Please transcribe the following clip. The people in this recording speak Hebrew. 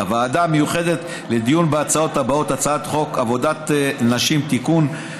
הוועדה המיוחדת לדיון בהצעת חוק עבודת נשים (תיקון,